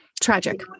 tragic